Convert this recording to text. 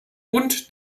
und